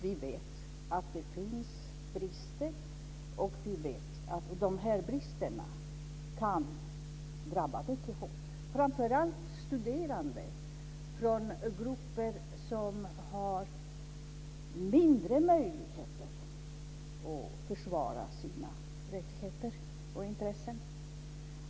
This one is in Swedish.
Vi vet att det finns brister, och vi vet att de här bristerna kan drabba mycket hårt, framför allt studerande från grupper som har mindre möjligheter att försvara sina rättigheter och intressen.